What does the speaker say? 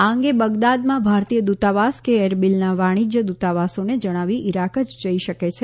આ અંગે બગદાદમાં ભારતીય દૂતાવાસ કે એરબીલના વાણીજય દૂતાવાસોને જણાવી ઇરાક જઇ શકે છે